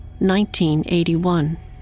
1981